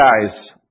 guys